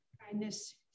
kindness